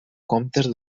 comptes